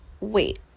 wait